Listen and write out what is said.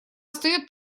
встаёт